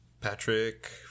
Patrick